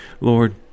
Lord